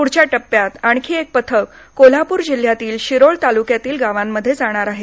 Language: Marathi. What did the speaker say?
पुढच्या टप्प्यात आणखी एक पथक कोल्हापूर जिल्ह्यातील शिरोळ तालुक्यातील गावांमध्ये जाणार आहे